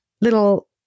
little